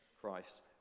Christ